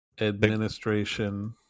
administration